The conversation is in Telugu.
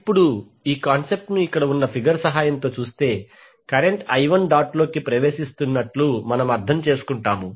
ఇప్పుడు ఈ కాన్సెప్ట్ ను ఇక్కడ ఉన్న ఫిగర్ సహాయంతో చూస్తే కరెంట్ i1 డాట్లోకి ప్రవేశిస్తున్నట్లు మనం అర్థం చేసుకుంటాం